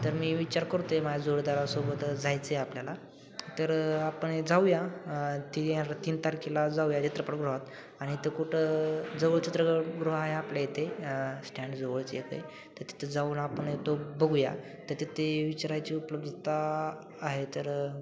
तर मी विचार करू ते माझ्या जोडीदारासोबत जायचंय आपल्याला तर आपण जाऊया ती तीन तारखेला जाऊया चित्रपटगृहात आणि इथे कुठं जवळ चित्रपटगृह आहे आपल्या इथे स्टँडजवळचे काही तर तिथं जाऊन आपण तो बघूया तर तिथे विचारायची उपलब्धता आहे तर